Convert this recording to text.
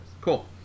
Cool